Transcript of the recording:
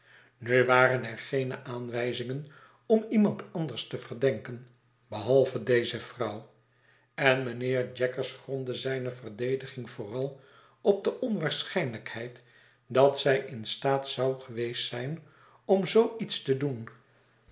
nu waren er geene aanwijzingen om iemand anders te verdenken behalve deze vrouw en mynheer jaggers grondde zijne verdediging vooral op de onwaarschijnlijkheid dat zij in staat zou geweest zijn om zoo iets te doen